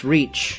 Reach